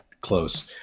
close